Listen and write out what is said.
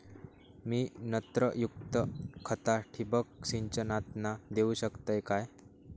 मी नत्रयुक्त खता ठिबक सिंचनातना देऊ शकतय काय?